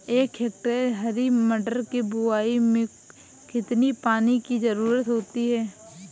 एक हेक्टेयर हरी मटर की बुवाई में कितनी पानी की ज़रुरत होती है?